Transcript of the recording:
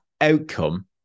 outcome